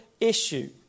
issue